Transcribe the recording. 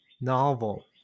novel